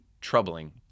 troubling